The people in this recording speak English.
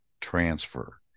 transfer